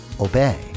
obey